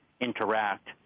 interact